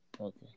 Okay